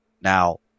now